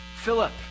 Philip